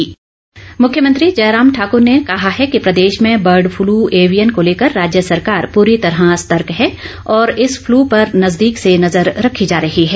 bird flu मुख्यमंत्री जयराम ठाकुर ने कहा है कि प्रदेश में बर्ड फ्लू एविएन को लेकर राज्य सरकार पूरी तरह सतर्क है और इस फ्लू पर नजदीक से नजर रखी जा रही है